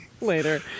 later